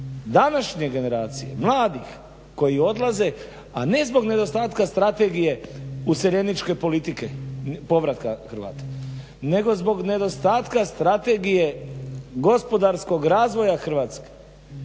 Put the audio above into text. današnje generacije, mladih koji odlaze a ne zbog nedostatka strategije useljeničke politike povratka Hrvata nego zbog nedostatka strategije gospodarskog razvoja Hrvatske.